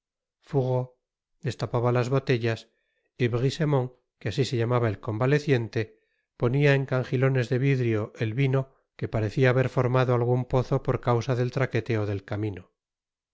destapaba las botellas y brisemont que asi se llamaba el convaleciente ponia en canjilones de vidrio el vino que parecia haber formado algun pozo por causa del traqueteo del camino el